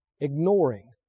Ignoring